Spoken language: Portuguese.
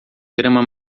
grama